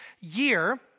year